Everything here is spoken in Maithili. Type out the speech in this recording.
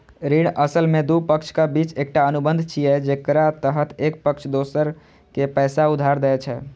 ऋण असल मे दू पक्षक बीच एकटा अनुबंध छियै, जेकरा तहत एक पक्ष दोसर कें पैसा उधार दै छै